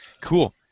Cool